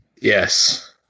Yes